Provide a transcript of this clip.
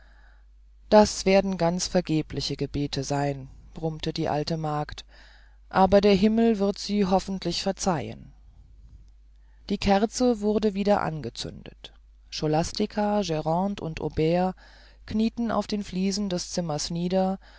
das werden ganz vergebliche gebete sein brummte die alte magd aber der himmel wird sie hoffentlich verzeihen die kerze wurde wieder angezündet scholastica grande und aubert knieten auf die fliesen des zimmers nieder